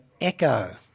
Echo